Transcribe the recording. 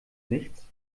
nichts